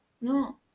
no